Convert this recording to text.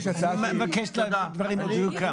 אני מבקש להעמיד דברים על דיוקם.